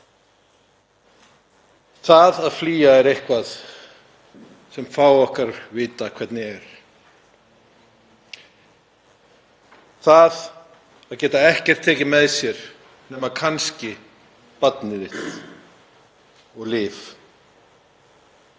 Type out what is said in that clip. Það að flýja er eitthvað sem fá okkar vita hvernig er. Það að geta ekkert tekið með sér nema kannski barnið þitt og lyf.